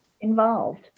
involved